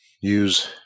use